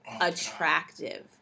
Attractive